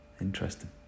Interesting